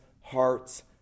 hearts